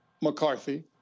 McCarthy